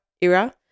era